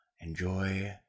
enjoy